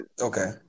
okay